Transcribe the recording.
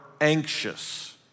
anxious